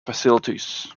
facilities